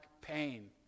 pain